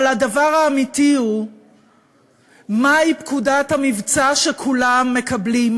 אבל הדבר האמיתי הוא מהי פקודת המבצע שכולם מקבלים.